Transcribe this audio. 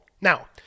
Now